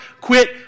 quit